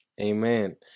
Amen